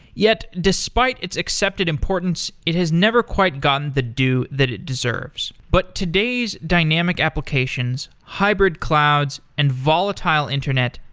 yet, despite its accepted importance, it has never quite gotten the due that it deserves. but today's dynamic applications, hybrid clouds and volatile internet,